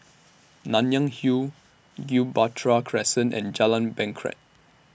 Nanyang Hill Gibraltar Crescent and Jalan Bangket